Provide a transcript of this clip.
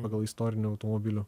pagal istorinių automobilių